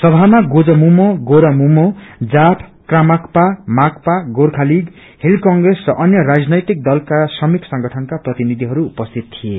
सभामा गोजामुमो गोरामुमो जाप कामाव्या माव्या गोर्खालीग हित कंप्रेस र अन्य राजनैतिक दलका श्रमिक संगठनका प्रतिनिधिहरू उपस्थित थिए